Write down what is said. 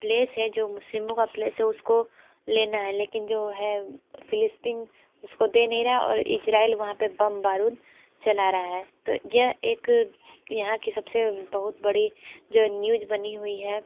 place है जो मुसलिमों का प्लेस है उसको लेना है लेकिन जो है फिलिस्पीन उसको दे नहीं रहा और इसराइल वहाँ पर बम बारूद चला रहा है तो यह एक यहाँ की सब से बहुत बड़ी जो न्यूज़ बनी हुई है